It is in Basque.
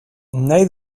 nahi